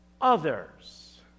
others